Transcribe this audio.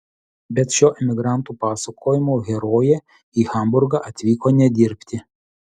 bet šio emigrantų pasakojimo herojė į hamburgą atvyko ne dirbti